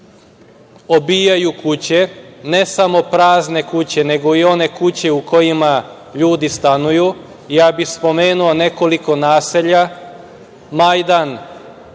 obijaju kuće, ne samo prazne kuće, nego i one kuće u kojima ljudi stanuju? Ja bih spomenuo nekoliko naselja, Majdan,